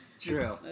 true